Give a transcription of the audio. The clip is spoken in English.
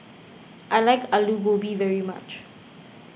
I like Aloo Gobi very much